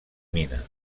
mina